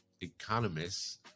economists